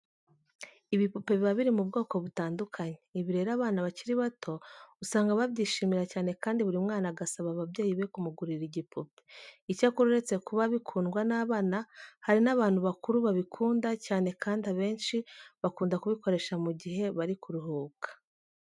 Ibipupe biba biri mu bwoko butandukanye. Ibi rero abana bakiri bato usanga babyishimira cyane kandi buri mwana agasaba ababyeyi be kumugurira igipupe. Icyakora uretse kuba bikundwa n'abana hari n'abantu bakuru babikunda cyane kandi abenshi bakunda kubikoresha mu gihe bari kuruhuka.